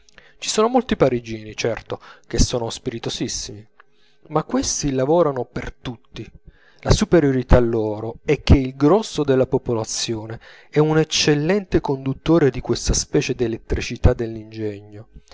ci sono molti parigini certo che sono spiritosissimi ma questi lavorano per tutti la superiorità loro è che il grosso della popolazione è un eccellente conduttore di questa specie d'elettricità dell'ingegno